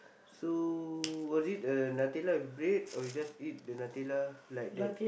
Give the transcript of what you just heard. so was it uh Nutella with bread or you just eat the Nutella like that